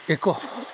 ଏକ